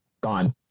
Gone